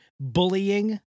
bullying